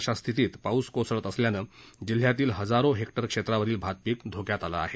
अशा स्थितीत पाऊस कोसळत असल्यानं जिल्हयातील हजारो हेक्टर क्षेत्रावरील भातपीक धोक्यात आलं आहे